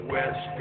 West